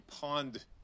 Pond